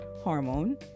hormone